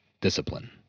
Discipline